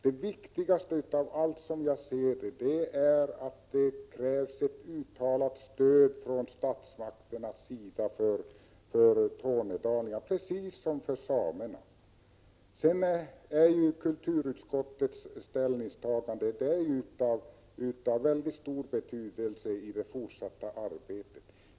Det viktigaste av allt, som jag ser det, är att kräva ett uttalat stöd från statsmakternas sida för Tornedalens människor, precis som för samerna. Kulturutskottets ställningstagande är av mycket stor betydelse i det fortsatta arbetet.